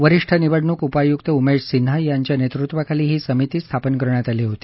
वरिष्ठ निवडणूक उपायुक्त उमेश सिन्हा यांच्या नेतृत्वाखाली ही समिती स्थापन करण्यात आली होती